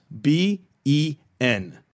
B-E-N